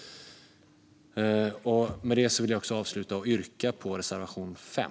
Jag vill avslutningsvis yrka bifall till reservation 5.